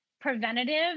preventative